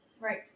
right